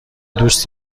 دوست